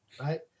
right